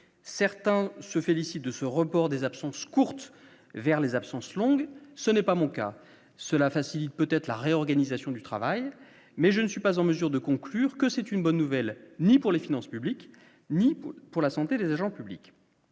certains se félicitent de ce report des absences courtes vers les absences longue, ce n'est pas mon cas, cela facilite peut-être la réorganisation du travail, mais je ne suis pas en mesure de conclure que c'est une bonne nouvelle, ni pour les finances publiques, ni pour la santé des agents publics